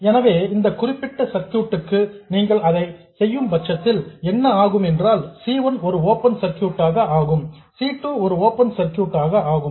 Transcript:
எனவே இந்த குறிப்பிட்ட சர்க்யூட் க்கு நீங்கள் அதை செய்யும் பட்சத்தில் என்ன ஆகும் என்றால் C 1 ஒரு ஓபன் சர்க்யூட் ஆக ஆகும் C 2 ஒரு ஓபன் சர்க்யூட் ஆக ஆகும்